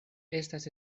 estas